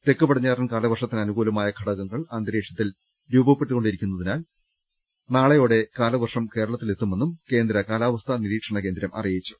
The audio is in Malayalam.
തെക്ക് പടിഞ്ഞാറൻ കാലവർഷത്തിന് അനുകൂലമായ ഘടകങ്ങൾ അന്തരീക്ഷത്തിൽ രൂപ പ്പെട്ടുകൊണ്ടിരിക്കുന്നതിനാൽ നാളെ കാലവർഷം കേരളത്തിലെത്തു മെന്നും കേന്ദ്ര കാലാവസ്ഥാ നിരീക്ഷണ കേന്ദ്രം അറിയിച്ചു